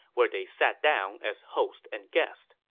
where they sat down as host and guest